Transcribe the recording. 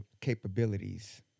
capabilities